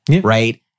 right